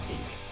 Easy